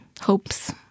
hopes